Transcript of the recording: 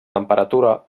temperatura